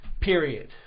Period